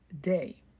day